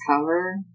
cover